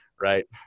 right